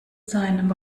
seinem